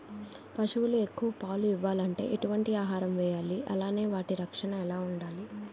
పశువులు ఎక్కువ పాలు ఇవ్వాలంటే ఎటు వంటి ఆహారం వేయాలి అలానే వాటి రక్షణ ఎలా వుండాలి?